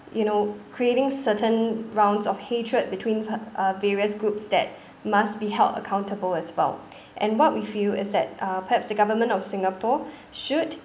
you know creating certain grounds of hatred between f~ uh various groups that must be held accountable as well and what we feel is that uh perhaps the government of singapore should